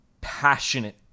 passionate